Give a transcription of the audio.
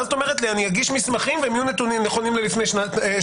ואז את אומרת לי אני אגיד מסמכים והם יהיו נכונים ללפני שבועיים?